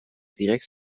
direct